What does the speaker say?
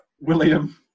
William